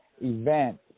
event